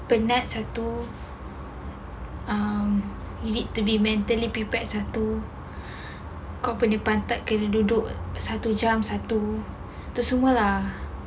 penat sia satu um we need to be mentally prepared satu kau punya pantat kena duduk satu jam satu itu semua lah